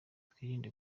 twirinde